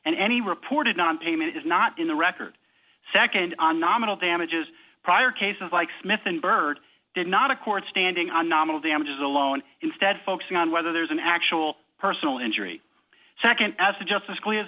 and any reported nonpayment is not in the record nd on nominal damages prior cases like smith and byrd did not a court standing on nominal damages alone instead focusing on whether there's an actual personal injury nd as to just as clear